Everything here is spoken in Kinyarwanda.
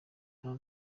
nkaba